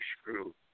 screw